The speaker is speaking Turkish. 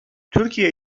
türkiye